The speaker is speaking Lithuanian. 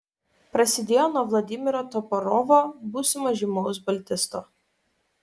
prasidėjo nuo vladimiro toporovo būsimo žymaus baltisto